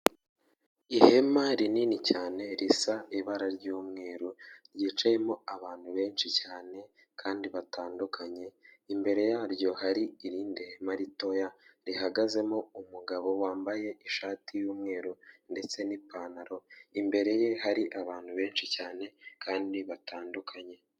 Ihema rinini cyane risa ibara ry'umweru ryicayemo abantu benshi cyane kandi batandukanye, imbere yaryo hari irindi hema ritoya rihagazemo umugabo wambaye ishati y'umweru ndetse n'ipantaro, imbere ye hari abantu benshi cyane kandi batandukanye.